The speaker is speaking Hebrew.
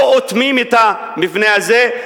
לא אוטמים את המבנה הזה,